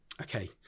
Okay